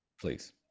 Please